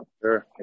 Sure